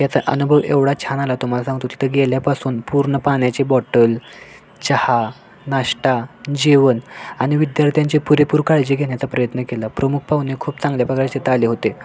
त्याचा अनुभव एवढा छान आला तुम्हाला सांगतो तिथं गेल्यापासून पूर्ण पाण्याचे बॉटल चहा नाश्ता जेवण आणि विद्यार्थ्यांची पुरेपूर काळजी घेण्याचा प्रयत्न केला प्रमुख पाहुणे खूप चांगल्या प्रकारचे तिथे आले होते